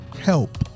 help